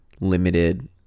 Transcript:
limited